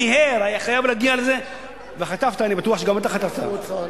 מיהר, היה חייב להגיע, אני בטוח שגם אתה חטפת.